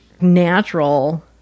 natural